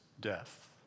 death